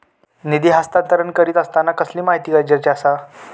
निधी हस्तांतरण करीत आसताना कसली माहिती गरजेची आसा?